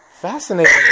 Fascinating